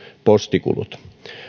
postikulut